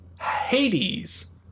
Hades